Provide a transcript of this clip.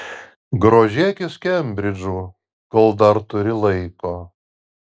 grožėkis kembridžu kol dar turi laiko